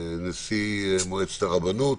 נשיא מועצת הרבנות